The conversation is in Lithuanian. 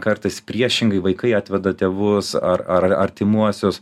kartais priešingai vaikai atveda tėvus ar ar artimuosius